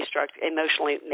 emotionally